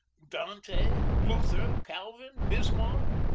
dante, luther, calvin, bismarck,